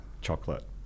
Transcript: Chocolate